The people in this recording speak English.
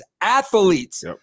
athletes